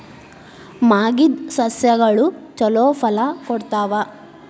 ಮಾಗಿದ್ ಸಸ್ಯಗಳು ಛಲೋ ಫಲ ಕೊಡ್ತಾವಾ?